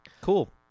Cool